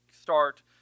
start